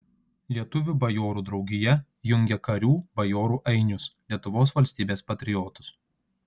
lietuvių bajorų draugija jungia karių bajorų ainius lietuvos valstybės patriotus